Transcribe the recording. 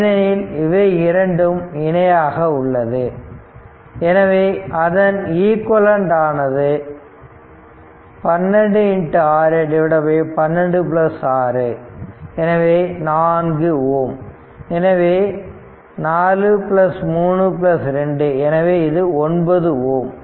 ஏனெனில் இவை இரண்டும் இணையாக உள்ளது எனவே அதன் ஈக்விவலெண்ட் ஆனது 12 6 12 6 எனவே 4 Ω எனவே 4 3 2 எனவே இது 9 Ω